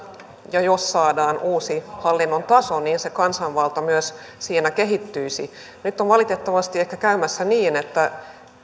ja jos saadaan uusi hallinnon taso se kansanvalta myös siinä kehittyisi nyt on valitettavasti ehkä käymässä niin että